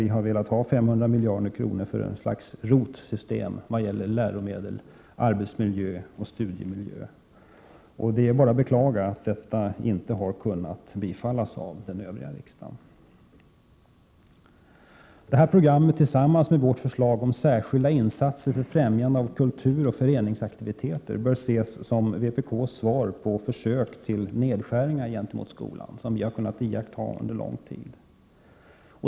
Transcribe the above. Där har vi velat ha 500 milj.kr. för ett slags ROT-system vad gäller läromedel, arbetsmiljö och studiemiljö. Det är bara att beklaga att detta inte har kunnat bifallas av de övriga i riksdagen. Det programmet, tillsammans med vårt förslag om särskilda insatser för främjande av kultur och föreningsaktiviteter, bör ses som vpk:s svar på försök till nedskärningar gentemot skolan som vi har kunnat iaktta under lång tid.